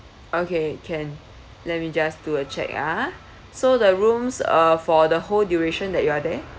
okay can let me just do a check a'ah so the rooms uh for the whole duration that you are there